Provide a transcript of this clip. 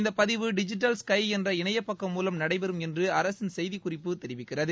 இந்தப் பதிவு digital sky என்ற இணையப்பக்கம் மூலம் நடைபெறும் என்றுஅரசுசெய்திக்குறிப்பு தெரிவிக்கிறது